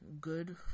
good